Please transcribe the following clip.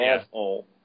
asshole